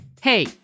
Hey